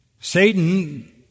Satan